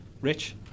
Rich